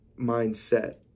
mindset